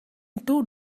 two